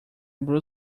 blue